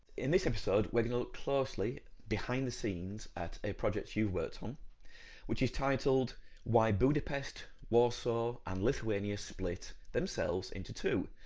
in this episode we're going to look closely behind the scenes at a project you've worked on which is titled why budapest, warsaw and lithuania split themselves into two'.